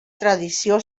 tradició